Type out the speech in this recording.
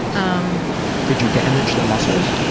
um did you damage the muscles?